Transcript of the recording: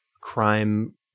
crime